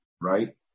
right